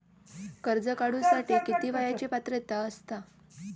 कर्ज काढूसाठी किती वयाची पात्रता असता?